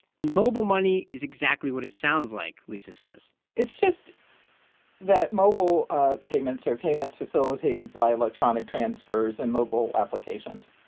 and mobile money is exactly what it sounds like, lisa says it's just that mobile ah payments are payments facilitated by electronic transfers and mobile applications.